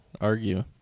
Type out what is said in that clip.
argue